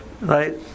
right